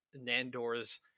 Nandor's